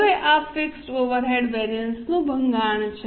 હવે આ fix overhead વેરિઅન્સનું ભંગાણ છે